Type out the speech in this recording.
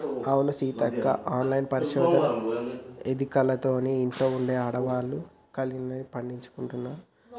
అవును సీతక్క ఆన్లైన్ పరిశోధన ఎదికలతో ఇంట్లో ఉండే ఆడవాళ్లు వాళ్ల కలల్ని పండించుకుంటున్నారు